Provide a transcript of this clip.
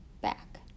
back